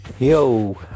Yo